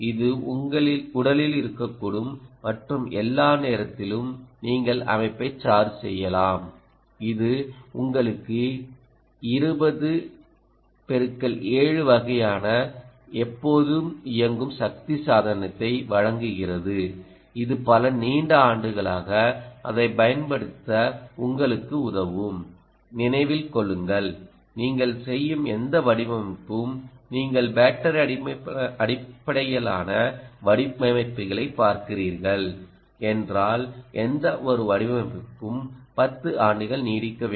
இது உங்கள் உடலில் இருக்கக்கூடும் மற்றும் எல்லா நேரத்திலும் நீங்கள் அமைப்பை சார்ஜ் செய்யலாம் இது உங்களுக்கு 20 × 7 வகையான எப்போதும் இயங்கும் சக்தி சாதனத்தை வழங்குகிறது இது பல நீண்ட ஆண்டுகளாக அதைப் பயன்படுத்த உங்களுக்கு உதவும் நினைவில் கொள்ளுங்கள் நீங்கள் செய்யும் எந்த வடிவமைப்பும் நீங்கள் பேட்டரி அடிப்படையிலான வடிவமைப்புகளைப் பார்க்கிறீர்கள் என்றால் எந்தவொரு வடிவமைப்பும் 10 ஆண்டுகள் நீடிக்க வேண்டும்